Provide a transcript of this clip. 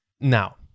Now